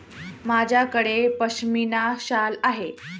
माझ्याकडे पश्मीना शाल आहे